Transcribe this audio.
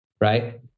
right